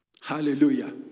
Hallelujah